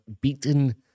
beaten